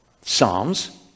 Psalms